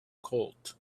colt